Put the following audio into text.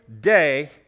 day